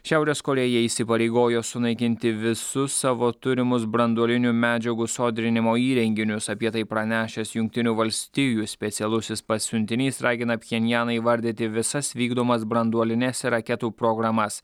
šiaurės korėja įsipareigojo sunaikinti visus savo turimus branduolinių medžiagų sodrinimo įrenginius apie tai pranešęs jungtinių valstijų specialusis pasiuntinys ragina pchenjaną įvardyti visas vykdomas branduolines raketų programas